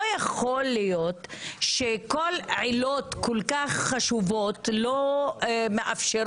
לא יכול להיות שעילות כל כך חשובות לא מאפשרות